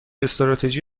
استراتژی